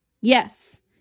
Yes